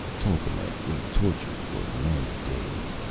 tolkemec we tortured for many days.